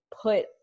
put